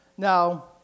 Now